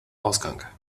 ausgang